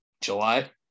july